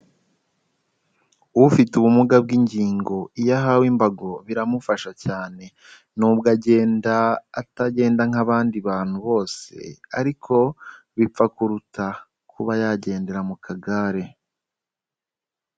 Ufite ubumuga bw'ingingo iyo ahawe imbago biramufasha cyane n'ubwo agenda atagenda nk'abandi bantu bose, ariko bipfa kuruta kuba yagendera mu kagare.